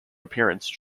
appearance